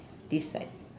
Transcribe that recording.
this side